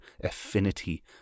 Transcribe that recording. affinity